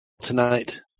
tonight